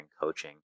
coaching